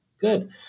good